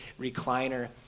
recliner